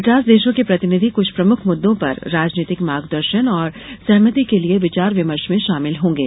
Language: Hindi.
पचास देशों के प्रतिनिधि कुछ प्रमुख मुद्दों पर राजनीतिक मार्गदर्शन और सहमति के लिये विचार विमर्श में शामिल होंगे